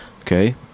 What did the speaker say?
Okay